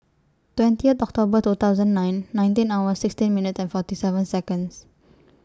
twenty October two thousand nine nineteen hour sixteen minute and forty seven Seconds